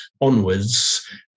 onwards